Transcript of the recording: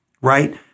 right